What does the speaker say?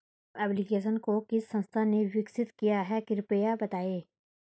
Bhim application को किस संस्था ने विकसित किया है कृपया बताइए?